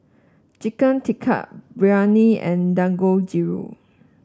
Chicken Tikka Biryani and Dangojiru